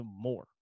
more